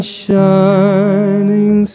shining